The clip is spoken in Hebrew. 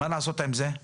מה לעשות עם זה?